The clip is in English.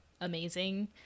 amazing